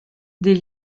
des